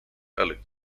ealing